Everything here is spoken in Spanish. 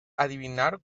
adivinar